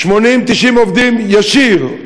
90-80 עובדים, ישיר.